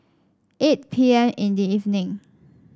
eight P M in the evening